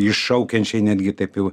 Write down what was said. iššaukiančiai netgi taip jau